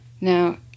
Now